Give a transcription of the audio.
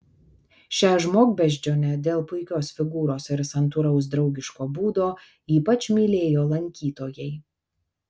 šią žmogbeždžionę dėl puikios figūros ir santūraus draugiško būdo ypač mylėjo lankytojai